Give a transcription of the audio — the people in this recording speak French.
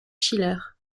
schiller